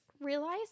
realize